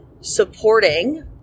supporting